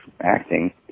acting